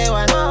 one